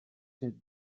der